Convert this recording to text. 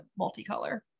multicolor